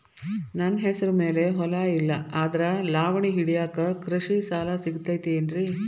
ನನ್ನ ಹೆಸರು ಮ್ಯಾಲೆ ಹೊಲಾ ಇಲ್ಲ ಆದ್ರ ಲಾವಣಿ ಹಿಡಿಯಾಕ್ ಕೃಷಿ ಸಾಲಾ ಸಿಗತೈತಿ ಏನ್ರಿ?